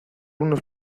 unos